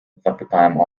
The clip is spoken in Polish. zapytałem